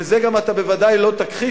וזה גם אתה בוודאי לא תכחיש,